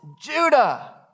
Judah